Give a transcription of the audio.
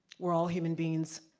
we're all human beings.